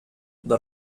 the